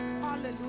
Hallelujah